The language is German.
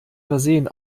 versehen